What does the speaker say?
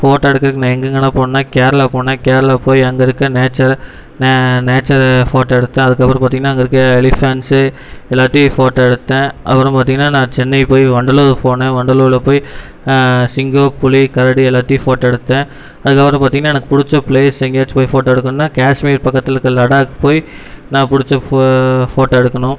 photo எடுக்கிறதுக்கு நான் எங்கெங்களாம் போனன்னா கேரளா போனேன் கேரளா போய் அங்கே இருக்க நேச்சரை நான் நேச்சரை போட்டோ எடுத்தேன் அதற்கப்புறம் பாத்திங்கனா அங்கே இருக்க எலிபேண்ட்ஸ்சு எல்லாத்தையும் போட்டோ எடுத்தேன் அப்புறம் பார்த்திங்கனா நான் சென்னை போய் வண்டலூர் போனேன் வண்டலூரில் போய் சிங்கம் புலி கரடி எல்லாத்தையும் போட்டோ எடுத்தேன் அதற்கப்புறம் பார்த்திங்கனா எனக்கு பிடிச்ச ப்ளேஸ் எங்கேயாச்சும் போய் போட்டோ எடுக்கனுன்னா கேஷ்மீர் பக்கத்தில் இருக்க லடாக் போய் நான் பிடிச்ச போட்டோ எடுக்கணும்